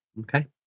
Okay